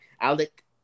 Alec